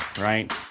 right